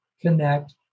connect